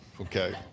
okay